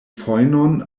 fojnon